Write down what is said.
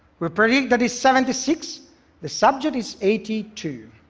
we predicted that he's seventy six the subject is eighty two.